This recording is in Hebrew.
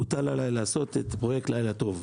הוטל עליי לעשות פרויקט לילה טוב.